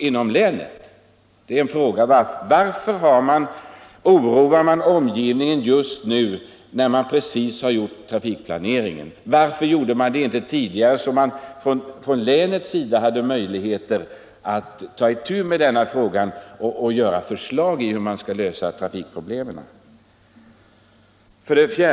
Varför oroar man människorna just nu, när det har gjorts en trafikplanering? Varför gjordes inte detta tidigare, så att man i länet hade möjligheter att ta itu med frågan och lägga fram förslag om hur trafikproblemen skulle lösas?